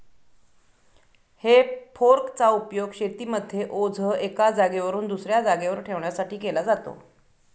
हे फोर्क चा उपयोग शेतीमध्ये ओझ एका जागेवरून दुसऱ्या जागेवर ठेवण्यासाठी केला जातो